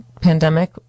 pandemic